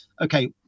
okay